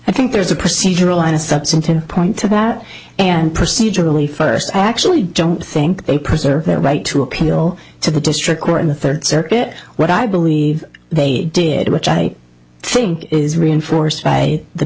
i think there's a procedural and a substantive point to that and procedurally first i actually don't think they preserve their right to appeal to the district court in the third circuit what i believe they did which i think is reinforced by the